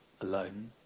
alone